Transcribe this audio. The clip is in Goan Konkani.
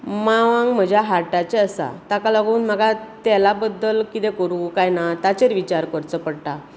मांवाक म्हज्या हार्टाचें आसा ताका लागून म्हाका तेला बद्दल कितें करूं काय ना ताचेर विचार करचो पडटा